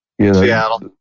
Seattle